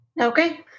Okay